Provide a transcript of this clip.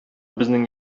безнең